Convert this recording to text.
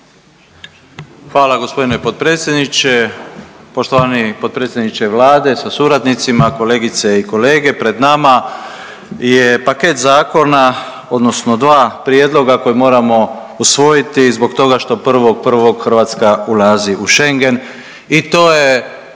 Hvala gospodine potpredsjedniče, poštovani potpredsjedniče Vlade sa suradnicima, kolegice i kolege. Pred nama je paket zakona, odnosno dva prijedloga koja moramo usvojiti zbog toga što 1.1. Hrvatska ulazi u Schengen